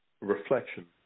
reflection